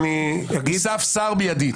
הוסף שר מידית.